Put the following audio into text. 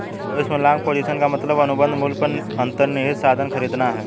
भविष्य में long position का मतलब अनुबंध मूल्य पर अंतर्निहित साधन खरीदना है